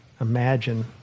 imagine